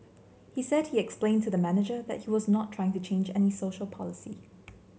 he said he explained to the manager that he was not trying to change any social policy